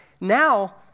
Now